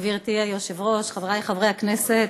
גברתי היושבת-ראש, חברי חברי הכנסת,